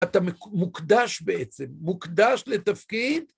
אתה מוקדש בעצם, מוקדש לתפקיד.